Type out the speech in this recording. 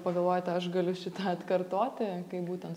pagalvojate aš galiu šitą atkartoti kaip būtent